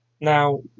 Now